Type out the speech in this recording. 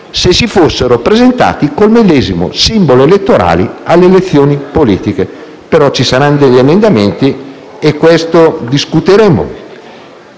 se si fossero presentate con il medesimo simbolo elettorale alle elezioni politiche; ma ci saranno gli emendamenti e di questo discuteremo.